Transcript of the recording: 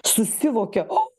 susivokia o